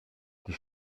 die